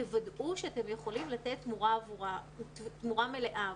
תוודאו שאתם יכולים לתת תמורה מלאה עבורו.